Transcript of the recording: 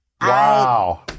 Wow